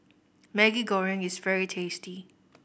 Maggi Goreng is very tasty